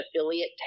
affiliate